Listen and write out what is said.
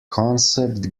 concept